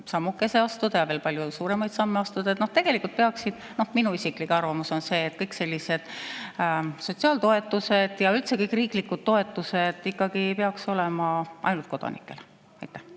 sammukese astuda ja palju suuremaid samme astuda. Tegelikult peaksid – minu isiklik arvamus on see – kõik sellised sotsiaaltoetused ja üldse riiklikud toetused olema ainult kodanikele. Martin